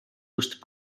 just